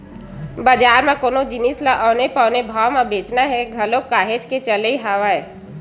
बजार म कोनो जिनिस ल औने पौने भाव म बेंचना ह घलो काहेच के चले हवय